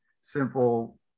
simple